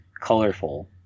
colorful